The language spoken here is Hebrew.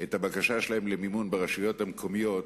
את הבקשה שלהן למימון ברשויות המקומיות